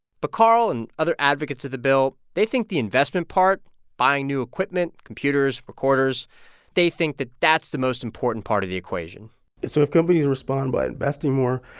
but karl and other advocates of the bill they think the investment part buying new equipment, computers, recorders they think that that's the most important part of the equation so if companies respond by investing more,